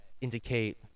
indicate